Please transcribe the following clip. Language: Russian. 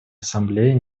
ассамблеей